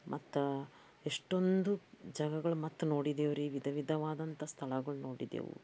ಮತ್ತು ಎಷ್ಟೊಂದು ಜಾಗಗಳು ಮತ್ತು ನೋಡಿದೇವು ರೀ ವಿಧ ವಿಧವಾದಂಥ ಸ್ಥಳಗಳು ನೋಡಿದೆವು